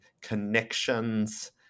connections